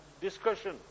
discussion